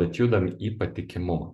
bet judam į patikimumą